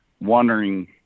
wondering